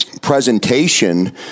presentation